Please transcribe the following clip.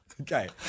Okay